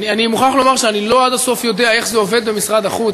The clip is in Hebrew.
אני מוכרח לומר שאני לא עד הסוף יודע איך זה עובד במשרד החוץ,